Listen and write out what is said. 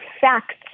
facts